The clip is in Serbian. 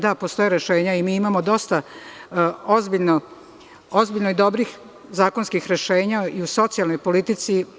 Da, postoje rešenja i mi imamo dosta ozbiljno dobrih zakonskih rešenja i u socijalnoj politici.